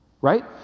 Right